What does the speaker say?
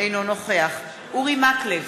אינו נוכח אורי מקלב,